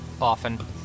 often